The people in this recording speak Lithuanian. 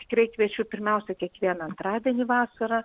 tikrai kviečiu pirmiausia kiekvieną antradienį vasarą